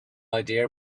idea